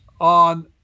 on